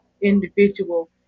individual